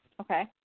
Okay